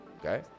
okay